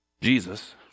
Jesus